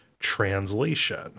Translation